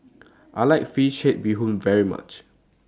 I like Fish Head Bee Hoon very much